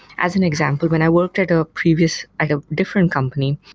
as an example, when i worked at a previous a different company,